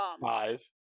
five